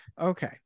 Okay